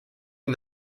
den